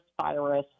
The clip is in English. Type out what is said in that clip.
virus